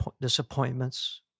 disappointments